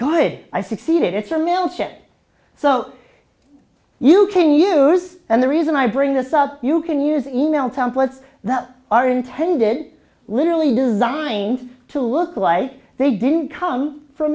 going i succeeded it's a mail ship so you can use and the reason i bring this up you can use email templates that are intended literally designed to look like they didn't come from